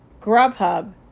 Grubhub